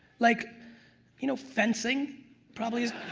like you know, fencing probably is